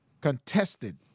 contested